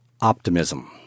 Optimism